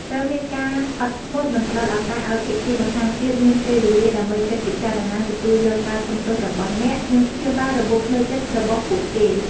ត្រូវមានការអត់ធ្មត់ និងផ្តល់ឱកាសឱ្យភាគីម្ខាងទៀតមានពេលវេលាដើម្បីគិតពិចារណា ទទួលយកការសុំទោសរបស់អ្នក និងព្យាបាលរបួសផ្លូវចិត្តរបស់ពួកគេ។